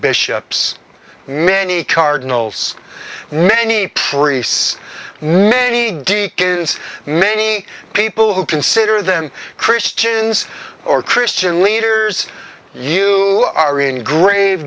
bishops many cardinals many priests many d is many people who consider them christians or christian leaders you are in grave